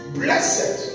blessed